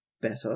Better